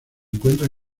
encuentra